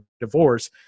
divorce